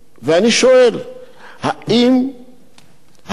האם היה מכרז לפרויקט הזה?